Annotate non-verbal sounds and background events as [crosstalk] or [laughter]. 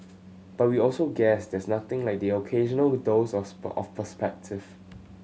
but we also guess there's nothing like the occasional dose of [unintelligible] of perspective